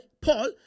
paul